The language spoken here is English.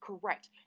correct